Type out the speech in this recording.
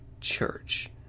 Church